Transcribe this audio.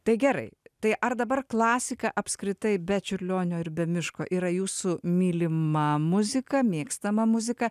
tai gerai tai ar dabar klasika apskritai be čiurlionio ir be miško yra jūsų mylima muzika mėgstama muzika